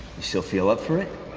you still feel up for it?